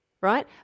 right